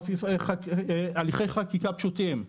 הליכי חקיקה פשוטים,